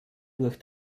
durch